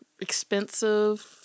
expensive